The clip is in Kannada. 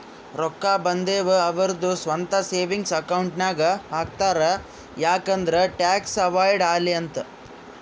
ರೊಕ್ಕಾ ಬಂದಿವ್ ಅವ್ರದು ಸ್ವಂತ ಸೇವಿಂಗ್ಸ್ ಅಕೌಂಟ್ ನಾಗ್ ಹಾಕ್ತಾರ್ ಯಾಕ್ ಅಂದುರ್ ಟ್ಯಾಕ್ಸ್ ಅವೈಡ್ ಆಲಿ ಅಂತ್